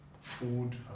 food